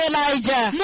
Elijah